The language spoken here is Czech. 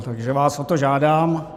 Takže vás o to žádám.